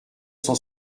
cent